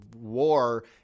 war